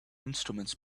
instruments